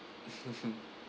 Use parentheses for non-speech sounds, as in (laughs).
(laughs)